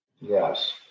Yes